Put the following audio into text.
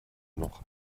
noch